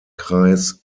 kreis